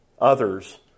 others